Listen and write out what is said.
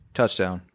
Touchdown